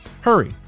hurry